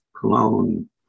cologne